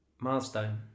Milestone